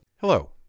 Hello